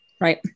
Right